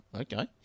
okay